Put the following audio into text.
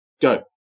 go